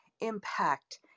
impact